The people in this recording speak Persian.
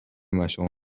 مشامم